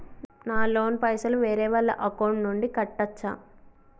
నా లోన్ పైసలు వేరే వాళ్ల అకౌంట్ నుండి కట్టచ్చా?